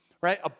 right